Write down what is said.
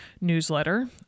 newsletter